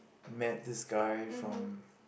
met this guy from